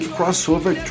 Crossover